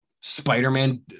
Spider-Man